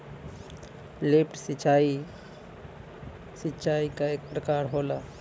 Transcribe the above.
lift सिंचाई, सिंचाई क एक प्रकार होला